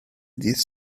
dydd